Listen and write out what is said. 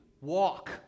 walk